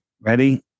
Ready